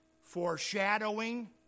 foreshadowing